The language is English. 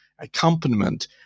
accompaniment